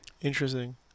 Interesting